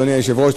אדוני היושב-ראש,